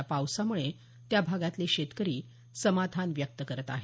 या पावसामुळे त्या भागातले शेतकरी समाधान व्यक्त करत आहे